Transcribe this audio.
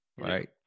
right